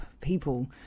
people